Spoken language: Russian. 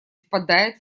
впадает